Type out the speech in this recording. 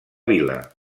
vila